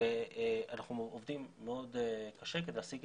ואנחנו עובדים מאוד קשה כדי להשיג